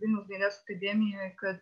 vilniaus dailės akademijoj kad